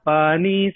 Pani